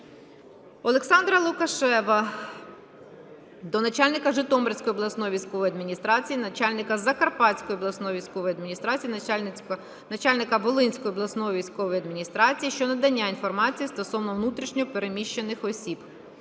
Олександра Лукашева до начальника Житомирської обласної військової адміністрації, начальника Закарпатської обласної військової адміністрації, начальника Волинської обласної військової адміністрації щодо надання інформації стосовно внутрішньо переміщених осіб.